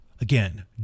Again